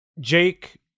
Jake